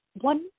one